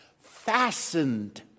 fastened